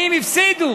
גדול.